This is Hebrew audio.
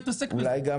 אין להם זמן להתעסק בזה.